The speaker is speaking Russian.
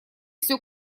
все